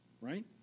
Right